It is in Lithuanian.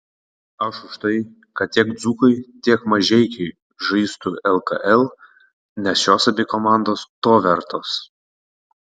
aš už tai kad tiek dzūkai tiek mažeikiai žaistų lkl nes šios abi komandos to vertos